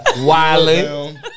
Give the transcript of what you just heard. Wiley